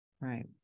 Right